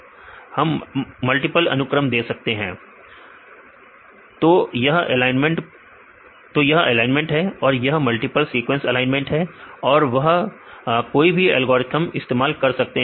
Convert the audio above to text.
विद्यार्थी हम मल्टीपल अनुक्रम दे सकते हैं हां हम मल्टीपल अनुक्रम दे सकते हैं तो यह एलाइनमेंट है और यह मल्टीपल सीक्वेंस एलाइनमेंट है और वह कोई भी एल्गोरिथ्म इस्तेमाल कर सकते हैं